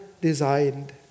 designed